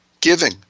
giving